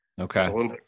okay